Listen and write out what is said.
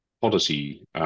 policy